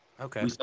Okay